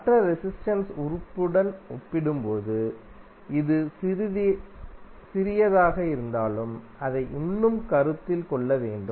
மற்ற ரெசிஸ்டென்ஸ் உறுப்புடன் ஒப்பிடும்போது இது சிறியதாக இருந்தாலும் அதை இன்னும் கருத்தில் கொள்ள வேண்டும்